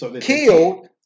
killed